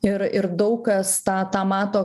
ir ir daug kas tą tą mato